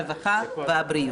הרווחה והבריאות.